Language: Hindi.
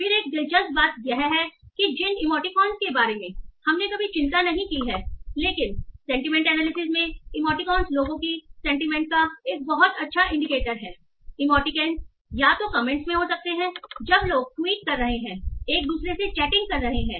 फिर एक दिलचस्प बात यह है कि जिन इमोटिकॉन्स के बारे में हमने कभी चिंता नहीं की है लेकिन सेंटीमेंट एनालिसिस में इमोटिकॉन्स लोगों की सेंटीमेंट का एक बहुत अच्छा इंडिकेटर हैं इमोटिकॉन्स या तो कमेंट्स में हो सकते हैं जब लोग ट्वीट कर रहे हैं एक दूसरे से चैटिंग कर रहे हैं